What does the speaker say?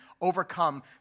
overcome